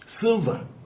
Silver